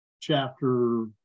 chapter